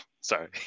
Sorry